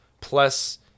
plus